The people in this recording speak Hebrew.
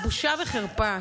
בושה וחרפה.